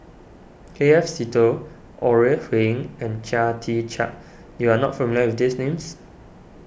K F Seetoh Ore Huiying and Chia Tee Chiak you are not familiar with these names